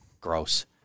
gross